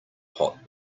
hot